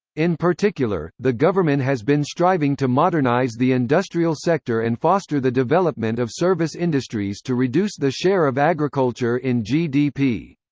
in particular, the government has been striving to modernize the industrial sector and foster the development of service industries to reduce the share of agriculture in gdp.